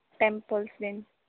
temples बी